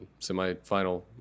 semifinal